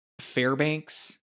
Fairbanks